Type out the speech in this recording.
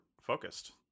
focused